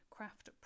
Craft